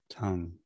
tongue